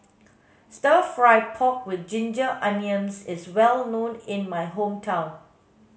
stir fry pork with ginger onions is well known in my hometown